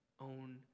own